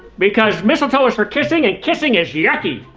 because mistletoe is for kissing and kissing is yucky.